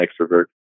extrovert